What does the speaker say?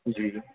ਜੀ